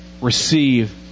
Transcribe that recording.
receive